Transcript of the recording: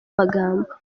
magambo